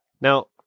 Now